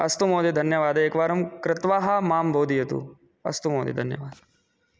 अस्तु महोदय धन्यवादः एकवारं कृत्वा मां बोधयतु अस्तु महोदय धन्यवादः